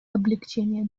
облегчения